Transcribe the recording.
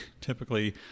typically